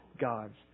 God's